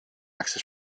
axel